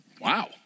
wow